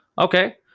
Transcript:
Okay